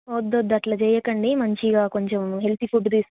వద్దు వద్దు అట్లా చేయకండి మంచిగా కొంచెం హెల్తీ ఫుడ్ తీసుకొ